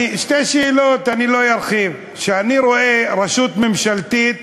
שתי שאלות, אני לא ארחיב: כשאני רואה רשות ממשלתית